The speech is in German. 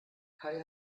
kai